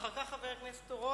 אחר כך, חבר הכנסת אורון.